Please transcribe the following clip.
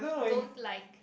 don't like